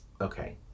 okay